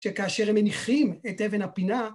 שכאשר הם מניחים את אבן הפינה